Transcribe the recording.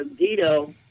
Dito